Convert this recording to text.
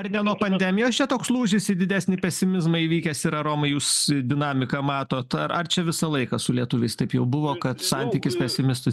ar ne nuo pandemijos čia toks lūžis į didesnį pesimizmą įvykęs yra romai jūs dinamiką matot ar ar čia visą laiką su lietuviais taip jau buvo kad santykis pesimistų